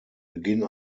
beginn